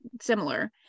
similar